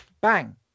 Bang